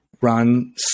run